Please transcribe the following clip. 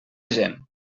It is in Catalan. gent